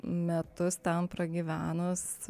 metus ten pragyvenus